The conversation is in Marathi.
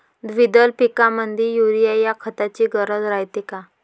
द्विदल पिकामंदी युरीया या खताची गरज रायते का?